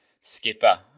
skipper